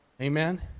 Amen